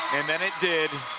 and then it did.